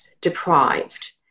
deprived